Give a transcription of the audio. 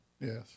Yes